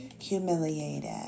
humiliated